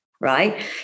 right